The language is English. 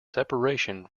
separation